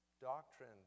Doctrine